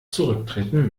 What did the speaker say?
zurücktreten